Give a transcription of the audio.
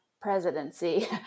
presidency